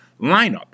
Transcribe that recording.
lineup